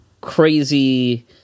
crazy